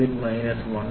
750 1